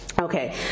okay